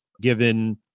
given